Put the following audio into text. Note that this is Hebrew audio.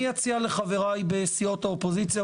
אציע לחבריי בסיעות האופוזיציה,